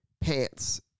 pants